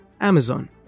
Amazon